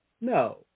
No